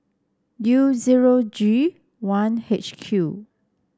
U zero G one H Q